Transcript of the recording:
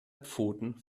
pfoten